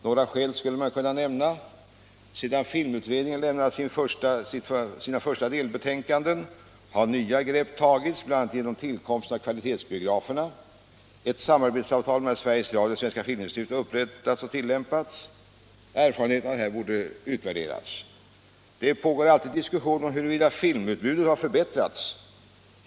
Några skäl kan nämnas: Sedan filmutredningen lämnade sina första delbetänkanden har nya grepp tagits bl.a. genom tillkomsten av s.k. kvalitetsbiografer. Ett samarbetsavtal mellan Sveriges Radio och Svenska filminstitutet har upprättats och tillämpats. Erfarenheterna av dessa insatser borde utvärderas. Det pågår alltid diskussion om huruvida filmutbudet har förbättrats.